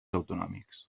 autonòmics